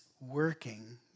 working